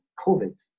COVID